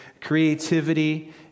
creativity